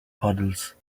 puddles